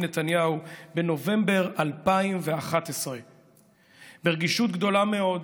נתניהו בנובמבר 2011. ברגישות גדולה מאוד,